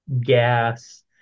gas